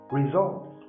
results